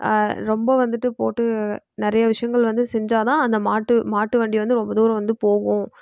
ரொம்ப வந்துட்டு போட்டு நிறையா விஷயங்கள் வந்து செஞ்சால்தான் அந்த மாட்டு மாட்டு வண்டி வந்து ரொம்ப தூரம் வந்து போகும்